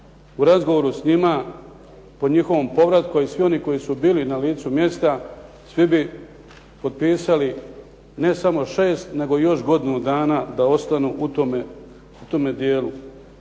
u razgovoru s njima po njihovom povratku, a i svi oni koji su bili na licu mjesta svi bi potpisali ne samo šest, nego i još godinu dana da ostanu u tome dijelu.